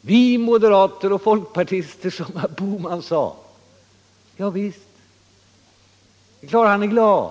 ”Vi moderater och folkpartister”, som herr Bohman sade. Ja, visst. Det är klart att han är glad.